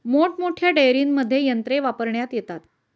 मोठमोठ्या डेअरींमध्ये यंत्रे वापरण्यात येतात